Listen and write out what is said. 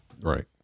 Right